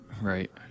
Right